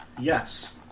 Yes